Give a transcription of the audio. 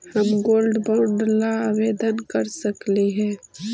हम gold bond ला आवेदन कर सकली हे?